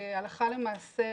כהלכה למעשה,